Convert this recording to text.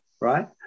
right